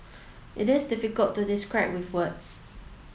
it is difficult to describe with words